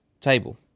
table